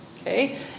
Okay